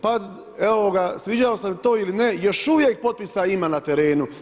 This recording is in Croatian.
Pa evo ga, sviđalo se to ili ne, još uvijek potpisa ima na terenu.